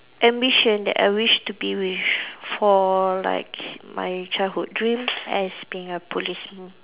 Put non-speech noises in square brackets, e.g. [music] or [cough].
ambition that I wish to be with for like my childhood dream [noise] as being a police m~